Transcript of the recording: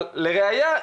לראיה,